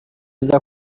iza